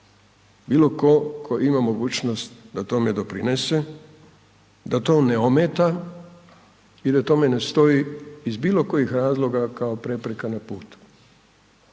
tko tko ima mogućnost da tome doprinese, da to ne ometa i da tome ne stoji iz bilo kojih razloga kao prepreka na putu.